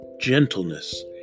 gentleness